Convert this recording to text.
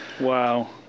wow